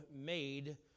Made